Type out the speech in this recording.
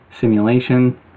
simulation